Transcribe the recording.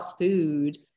food